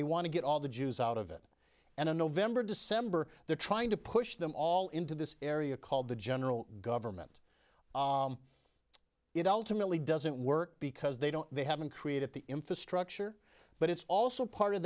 they want to get all the jews out of it and in november december they're trying to push them all into this area called the general government it ultimately doesn't work because they don't they haven't created the infrastructure but it's also part of